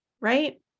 Right